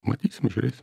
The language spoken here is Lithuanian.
matysim žiūrėsim